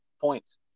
points